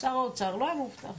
שר האוצר לא היה מאובטח.